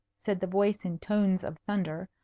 said the voice in tones of thunder,